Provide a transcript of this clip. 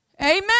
Amen